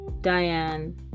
Diane